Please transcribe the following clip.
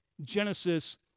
genesis